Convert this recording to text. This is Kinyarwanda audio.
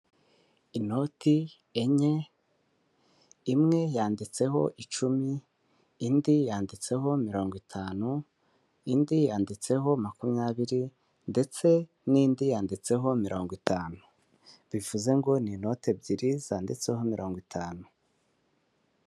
Inoti enye imwe yanditseho icumi, indi yanditseho mirongo itanu, indi yanditseho makumyabiri ndetse n'indi yanditseho mirongo itanu, bivuze ngo ni inoti ebyiri zanditseho mirongo itanu.